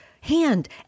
hand